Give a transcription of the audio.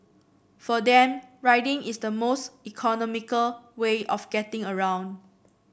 for them riding is the most economical way of getting around